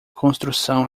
construção